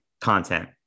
content